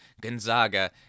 gonzaga